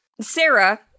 Sarah